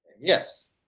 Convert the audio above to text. Yes